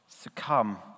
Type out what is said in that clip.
Succumb